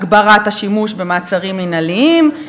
הגברת השימוש באמצעים מינהליים,